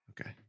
Okay